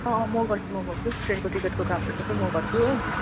अँ अँ म गर्छु म गर्छु ट्रेनको टिकटको कामहरू सबै म गर्छु हो